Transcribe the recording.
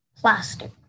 plastic